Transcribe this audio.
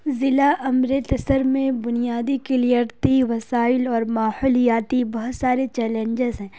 ضلع امرتسر میں بنیادی قدرتی وسائل اور ماحولیاتی بہت سارے چیلینجز ہیں